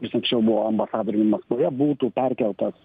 jis anksčiau buvo ambasadorium maskvoje būtų perkeltas